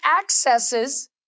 accesses